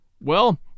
Well